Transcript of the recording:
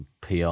PR